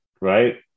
Right